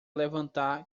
levantar